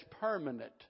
permanent